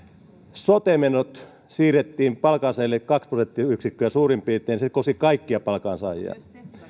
sote menot siirrettiin palkansaajille kaksi prosenttiyksikköä suurin piirtein se koski kaikkia palkansaajia